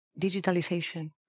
digitalization